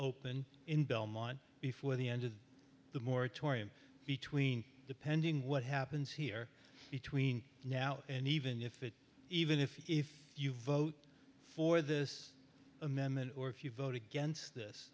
open in belmont before the end of the moratorium between depending what happens here between now and even if it even if you if you vote for this amendment or if you vote against